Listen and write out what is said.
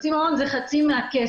חצי מעון זה חצי מהכסף